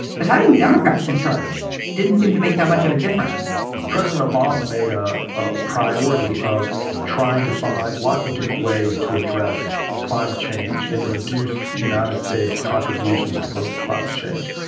but having democrats in charge didn't seem to make that much of a difference president obama made ah a priority of trying to find lots of different ways to address climate change and reduce the united states contributions to global climate change.